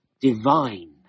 divine